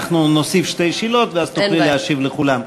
אנחנו נוסיף שתי שאלות ואז תוכלי להשיב לכולם.